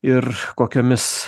ir kokiomis